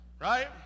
Right